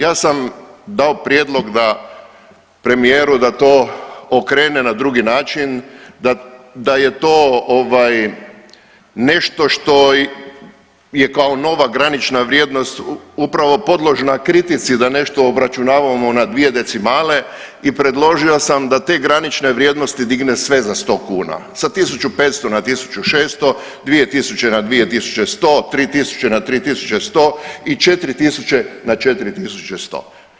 Ja sam dao prijedlog da premijeru da to okrene na drugi način, da je to ovaj, nešto što je kao nova granična vrijednost upravo podložna kritici da nešto obračunavamo na dvije decimale i predložio sam da te granične vrijednosti digne sve za sto kuna, sa 1500 na 1600, 2000 na 2100, 3000 na 3100 i 4000 na 4100.